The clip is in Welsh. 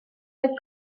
oedd